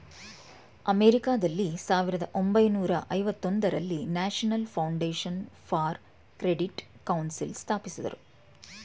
ಅಮೆರಿಕಾದಲ್ಲಿ ಸಾವಿರದ ಒಂಬೈನೂರ ಐವತೊಂದರಲ್ಲಿ national foundation for credit council ಸ್ಥಾಪಿಸಿದರು